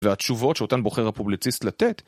והתשובות שאותן בוחר הפובלציסט לתת